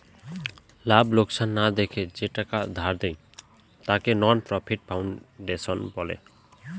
লাভ লোকসান না দেখে যে টাকা ধার দেয়, তাকে নন প্রফিট ফাউন্ডেশন বলে